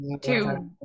two